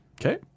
Okay